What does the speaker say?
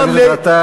חבר הכנסת גטאס.